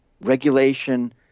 regulation